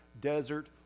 desert